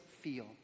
feel